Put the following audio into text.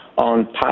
on